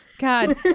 god